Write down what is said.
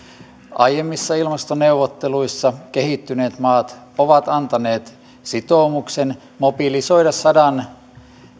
aiemmissa ilmastoneuvotteluissa kehittyneet maat ovat antaneet sitoumuksen mobilisoida sadan